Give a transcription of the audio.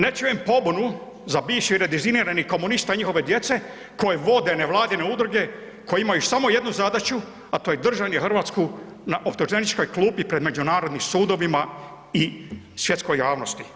Ne čujem pobunu za bivši redizimirani komunista njihove djece koje vode nevladine udruge, koji imaju samo jednu zadaću, a to je držanje RH na optuženičkoj klupi pred međunarodnim sudovima i svjetskoj javnosti.